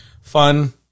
fun